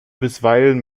bisweilen